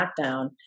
lockdown